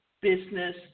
business